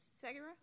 Segura